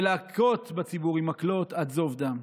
ולהכות בציבור עם מקלות עד זוב דם.